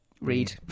Read